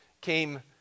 came